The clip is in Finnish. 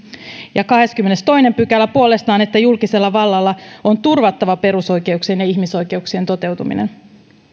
ja kahdeskymmenestoinen pykälä puolestaan että julkisella vallalla on turvattava perusoikeuksien ja ihmisoikeuksien toteutuminen